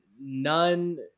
none